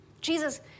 Jesus